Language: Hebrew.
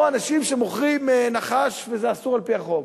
או אנשים שמוכרים נחש, וזה אסור על-פי החוק.